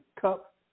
cup